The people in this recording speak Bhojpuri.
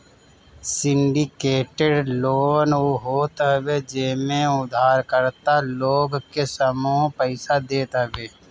सिंडिकेटेड लोन उ होत हवे जेमे उधारकर्ता लोग के समूह पईसा देत हवे